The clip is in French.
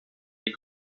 les